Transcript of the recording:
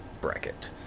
bracket